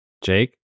Jake